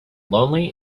lonely